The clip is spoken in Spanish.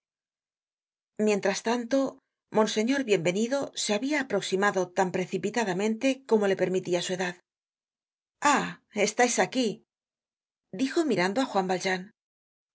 mientras tanto monseñor bienvenido se habia aproximado tan precipitadamente como le permitia su edad ah estais aquí dijo mirando á juan valjean